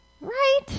right